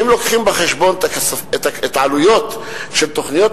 אם לוקחים בחשבון את העלויות של תוכניות